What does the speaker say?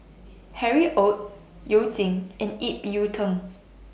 Harry ORD YOU Jin and Ip Yiu Tung